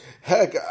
heck